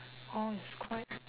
all is quite